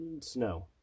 snow